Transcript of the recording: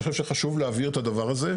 אבל אני חושב שחשוב להבהיר את הדבר הזה.